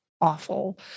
awful